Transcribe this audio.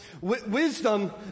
Wisdom